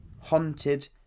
haunted